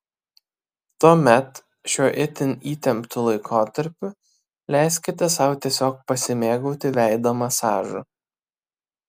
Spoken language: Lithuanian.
tuomet šiuo itin įtemptu laikotarpiu leiskite sau tiesiog pasimėgauti veido masažu